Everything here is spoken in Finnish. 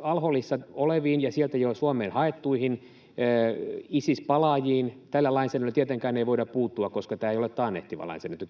al-Holissa oleviin ja sieltä jo Suomeen haettuihin Isis-palaajiin tällä lainsäädännöllä tietenkään ei voida puuttua, koska tämä ei tietenkään ole taannehtiva lainsäädäntö.